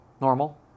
normal